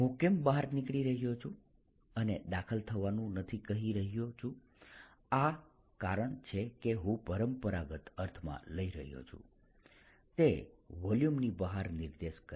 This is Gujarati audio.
હું કેમ બહાર નીકળી રહ્યો છું અને દાખલ થવાનું નથી કહી રહ્યો છું આ કારણ છે કે હું પરંપરાગત અર્થમાં લઈ રહ્યો છું તે વોલ્યુમ ની બહાર નિર્દેશ કરે છે